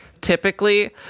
typically